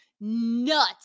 nuts